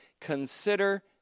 consider